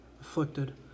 afflicted